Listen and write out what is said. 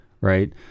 right